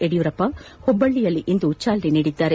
ಯಡಿಯೂರಪ್ಪ ಹುಬ್ಬ ಳ್ಳಿಯಲ್ಲಿಂದು ಚಾಲನೆ ನೀಡಿದರು